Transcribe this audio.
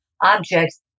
objects